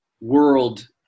world